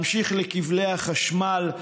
ממשיך לכבלי החשמל,